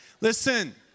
Listen